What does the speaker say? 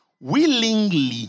willingly